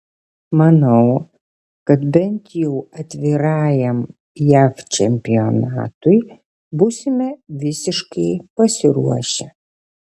manau kad bent jau atvirajam jav čempionatui būsime visiškai pasiruošę